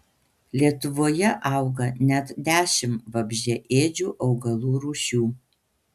lietuvoje auga net dešimt vabzdžiaėdžių augalų rūšių